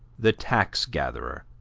the tax-gatherer,